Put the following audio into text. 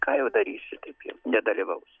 ką jau darysi taip jau nedalyvaus